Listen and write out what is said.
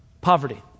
poverty